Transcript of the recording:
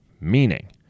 meaning